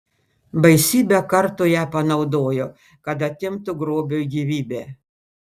baisybę kartų ją panaudojo kad atimtų grobiui gyvybę